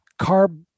carb